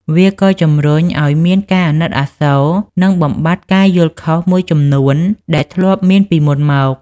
វាក៏ជំរុញឲ្យមានការអាណិតអាសូរ និងបំបាត់ការយល់ខុសមួយចំនួនដែលធ្លាប់មានពីមុនមក។